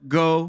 go